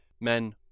men